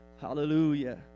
Hallelujah